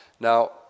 Now